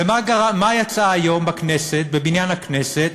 ומה יצא היום בבניין הכנסת?